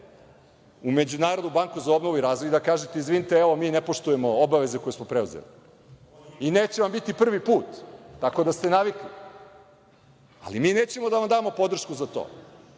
u Međunarodnu banku za obnovu i razvoj i da kažete – izvinite, evo mi ne poštujemo obaveze koje smo preuzeli. Neće vam biti prvi put, tako da ste navikli. Ali, mi nećemo da vam damo podršku za to